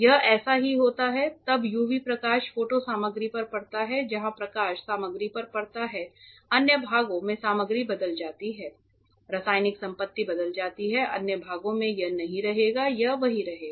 यह ऐसे ही होता है तब यूवी प्रकाश फोटो सामग्री पर पड़ता है जहां प्रकाश सामग्री पर पड़ता है अन्य भागों में सामग्री बदल जाती है रासायनिक संपत्ति बदल जाती है अन्य भागों में यह नहीं रहेगा यह वही रहेगा